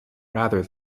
rather